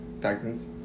Texans